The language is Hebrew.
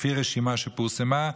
לפי רשימה שפורסמה,